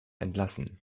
entlassen